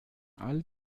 all